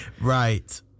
Right